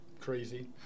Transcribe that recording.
crazy